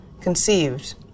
conceived